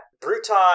Bruton